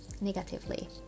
negatively